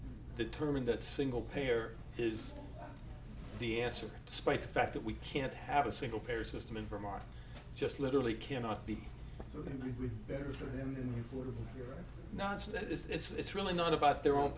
determined that single payer is the answer despite the fact that we can't have a single payer system in vermont just literally cannot be better for them not so that it's really not about their own